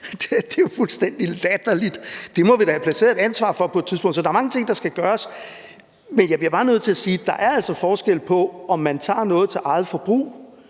Det er jo fuldstændig latterligt. Det må vi da på et tidspunkt have placeret et ansvar for. Så der er mange ting, der skal gøres. Men jeg bliver bare nødt til at sige, at der altså er forskel på, om man tager noget til eget forbrug,